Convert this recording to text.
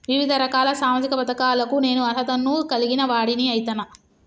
వివిధ రకాల సామాజిక పథకాలకు నేను అర్హత ను కలిగిన వాడిని అయితనా?